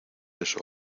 eso